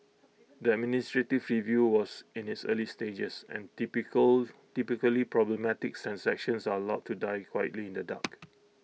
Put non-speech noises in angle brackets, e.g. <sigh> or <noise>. the administrative review was in its early stages and typical typically problematic <unintelligible> are allowed to die quietly in the dark